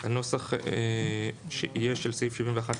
הנוסח של סעיף 71 (א):